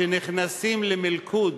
שנכנסים למלכוד